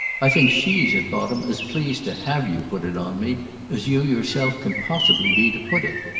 i think she's at bottom as pleased to have you put it on me as you yourself can possibly be to put it.